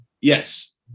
Yes